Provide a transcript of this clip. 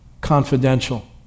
confidential